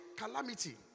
calamity